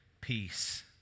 peace